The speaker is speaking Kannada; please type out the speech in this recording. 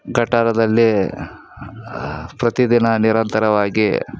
ಗಟಾರದಲ್ಲಿ ಪ್ರತಿದಿನ ನಿರಂತರವಾಗಿ